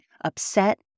upset